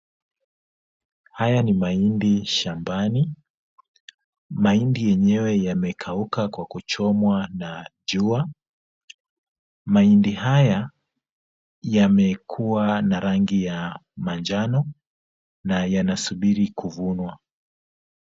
Haya ni mahindi shambani, mahindi yenyewe yamekauka kwa kuchomwa na jua. Mahindi haya yamekuwa na rangi ya manjano na yanasubiri kuvunwa.